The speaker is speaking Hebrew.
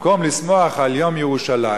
במקום לשמוח על יום ירושלים,